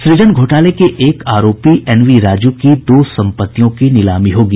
सुजन घोटाले के एक आरोपी एन वी राजू की दो सम्पत्तियों की नीलामी होगी